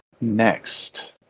next